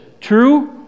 true